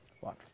Watch